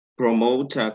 Promote